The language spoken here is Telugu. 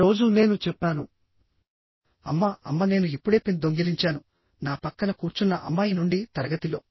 ఆ రోజు నేను చెప్పాను అమ్మ అమ్మ నేను ఇప్పుడే పిన్ దొంగిలించాను నా పక్కన కూర్చున్న అమ్మాయి నుండి తరగతిలో